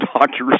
doctors